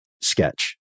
sketch